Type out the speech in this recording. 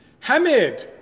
Hamid